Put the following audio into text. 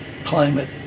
climate